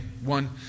One